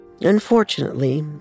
Unfortunately